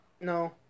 No